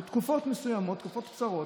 אלה תקופות מסוימות, קצרות.